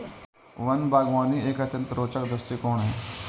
one बागवानी एक अत्यंत रोचक दृष्टिकोण है